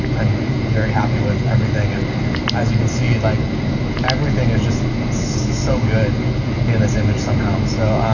i'm very happy with everything and as you can see, like everything is just so good in this image somehow. so,